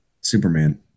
Superman